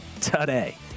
today